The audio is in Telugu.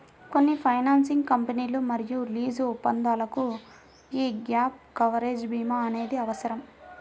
కొన్ని ఫైనాన్సింగ్ కంపెనీలు మరియు లీజు ఒప్పందాలకు యీ గ్యాప్ కవరేజ్ భీమా అనేది అవసరం